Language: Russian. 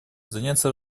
заняться